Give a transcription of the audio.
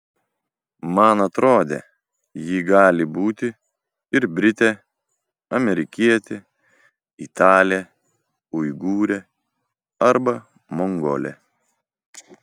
man atrodė ji gali būti ir britė amerikietė italė uigūrė arba mongolė